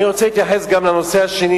אני רוצה להתייחס גם לנושא השני,